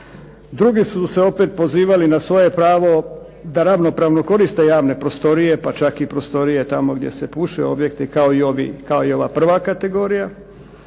drugi su se opet pozivali na svoje pravo da koriste javne prostorije pa čak i prostorije tamo gdje se puši objekti kao i ova prva kategorija.